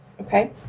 Okay